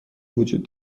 وجود